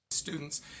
students